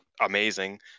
amazing